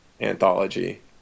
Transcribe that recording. anthology